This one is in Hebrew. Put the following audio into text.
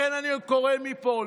לכן אני קורא מפה,